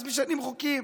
אז משנים חוקים